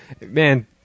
Man